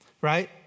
right